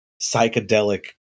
psychedelic